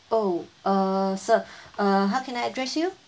oh uh sir uh how can I address you